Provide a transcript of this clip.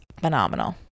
phenomenal